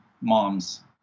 mom's